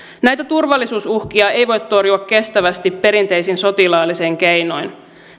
näitä turvallisuusuhkia ei voi torjua kestävästi perinteisin sotilaallisin keinoin